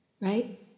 right